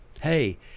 hey